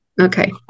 okay